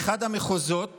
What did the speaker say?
באחד המחוזות